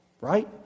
right